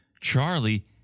Charlie